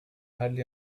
hardly